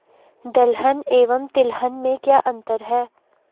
दलहन एवं तिलहन में क्या अंतर है?